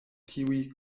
tiuj